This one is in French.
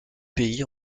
pays